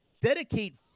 dedicate